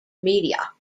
media